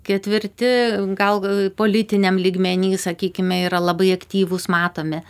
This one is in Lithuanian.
ketvirti gal politiniam lygmeny sakykime yra labai aktyvūs matomi